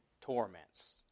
torments